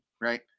Right